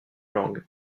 langues